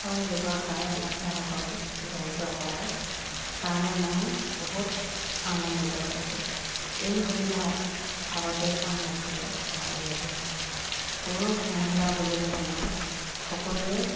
হয় ব্যৱসায়ত মহিলাসকল জড়িত হোৱাৰ কাৰণে মই বহুত আনন্দিত হৈছোঁ এই সুবিধা আগতে পোৱা নাছিলে এতিয়া যিহেতু পুৰুষ মহিলা বুলিবলৈ নাই সকলোৱেই